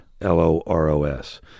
L-O-R-O-S